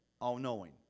all-knowing